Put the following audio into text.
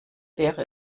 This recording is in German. wäre